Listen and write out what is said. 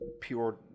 pure